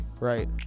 right